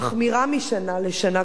מחמירה משנה לשנה,